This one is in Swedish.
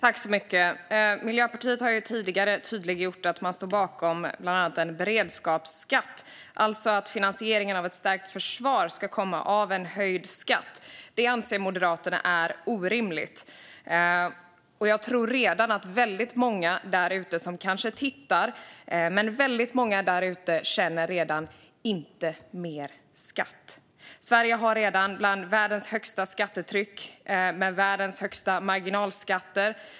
Fru talman! Miljöpartiet har tidigare tydliggjort att man står bakom bland annat en beredskapsskatt, alltså att finansieringen av ett stärkt försvar ska komma från en höjd skatt. Detta anser Moderaterna är orimligt. Jag tror att många där ute, som kanske tittar på debatten nu, redan känner: Inte mer skatt. Sverige har redan bland världens högsta skattetryck, med världens högsta marginalskatter.